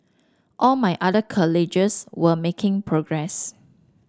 all my other were making progress